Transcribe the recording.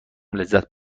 لذت